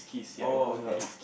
oh okay